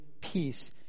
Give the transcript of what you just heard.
peace